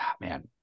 man